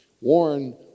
Warren